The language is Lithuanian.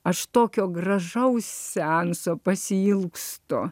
aš tokio gražaus seanso pasiilgstu